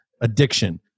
addiction